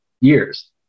years